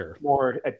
more